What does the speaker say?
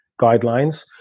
guidelines